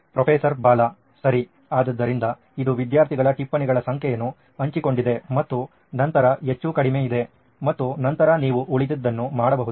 professor Bala ಸರಿ ಆದ್ದರಿಂದ ಇದು ವಿದ್ಯಾರ್ಥಿಗಳ ಟಿಪ್ಪಣಿಗಳ ಸಂಖ್ಯೆಯನ್ನು ಹಂಚಿಕೊಂಡಿದೆ ಮತ್ತು ನಂತರ ಹೆಚ್ಚು ಕಡಿಮೆ ಇದೆ ಮತ್ತು ನಂತರ ನೀವು ಉಳಿದದ್ದನ್ನು ಮಾಡಬಹುದು